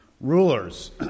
rulers